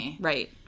Right